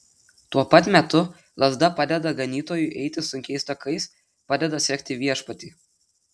tuo pat metu lazda padeda ganytojui eiti sunkiais takais padeda sekti viešpatį